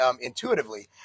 intuitively